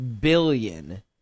billion